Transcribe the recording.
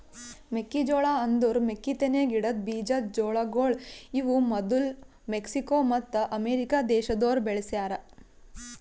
ಮೆಕ್ಕಿ ಜೋಳ ಅಂದುರ್ ಮೆಕ್ಕಿತೆನಿ ಗಿಡದ್ ಬೀಜದ್ ಜೋಳಗೊಳ್ ಇವು ಮದುಲ್ ಮೆಕ್ಸಿಕೋ ಮತ್ತ ಅಮೇರಿಕ ದೇಶದೋರ್ ಬೆಳಿಸ್ಯಾ ರ